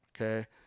Okay